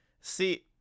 See